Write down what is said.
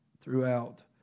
throughout